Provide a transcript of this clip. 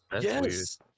yes